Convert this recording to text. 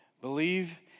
Believe